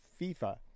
FIFA